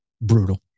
Brutal